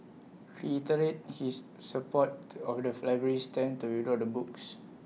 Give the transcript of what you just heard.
he reiterated his support of the library's stand to withdraw the books